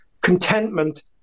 contentment